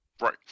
Right